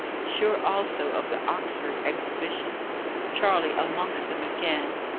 sure also of the oxford exhibition charley amongst them again!